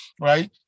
right